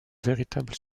véritable